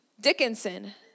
Dickinson